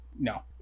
No